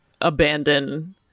abandon